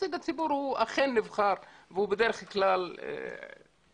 ונציג הציבור הוא אכן נבחר והוא בדרך כלל מגיע